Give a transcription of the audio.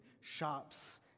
Shops